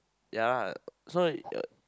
ya lah so that uh